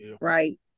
right